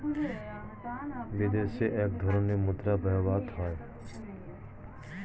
বিদেশে এক ধরনের মুদ্রা ব্যবহৃত হয়